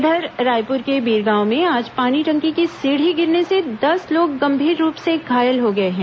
इधर रायपुर के बिरगांव में आज पानी टंकी की सीढ़ी गिरने से दस लोग गंभीर रूप से घायल हो गए हैं